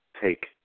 take